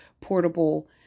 portable